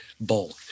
bulk